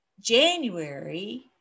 January